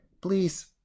please